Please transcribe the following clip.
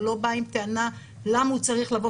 הוא לא בא עם טענה למה הוא צריך לבוא